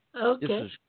Okay